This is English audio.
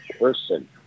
person